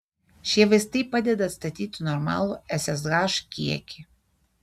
šie vaistai padeda atstatyti normalų ssh kiekį